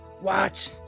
Watch